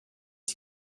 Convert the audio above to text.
die